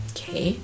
Okay